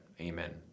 amen